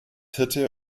hirte